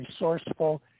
resourceful